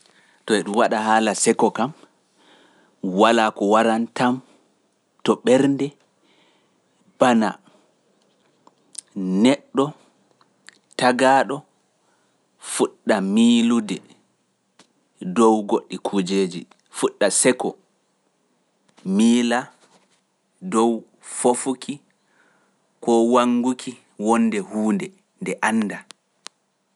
To e ɗum waɗa haala seko kam, walaa ko warantam to ɓernde bana neɗɗo, tagaaɗo, fuɗɗa miilude dow goɗɗi kuujeeji, fuɗɗa seko, miilaa dow fofuki koo wannguki wonnde huunde nde anndaa.